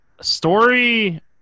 Story